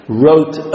wrote